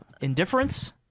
Indifference